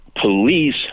police